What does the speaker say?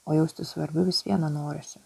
o jaustis svarbiu vis viena norisi